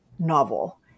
novel